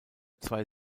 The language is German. zwei